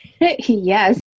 Yes